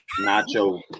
Nacho